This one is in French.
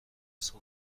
cent